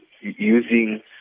using